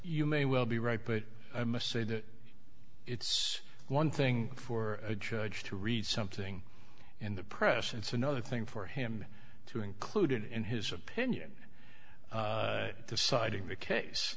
you may well be right but i must say that it's one thing for a judge to read something in the press it's another thing for him to include in his opinion the siding the case